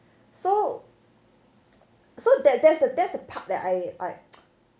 so so that that's the that's the part that I I